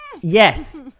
Yes